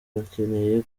bakeneye